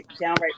downright